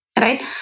right